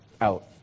out